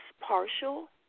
partial